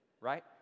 Right